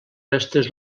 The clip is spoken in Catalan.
restes